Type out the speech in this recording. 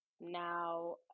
now